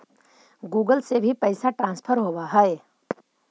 Google से भी पैसा ट्रांसफर होवहै?